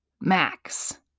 max